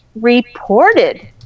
reported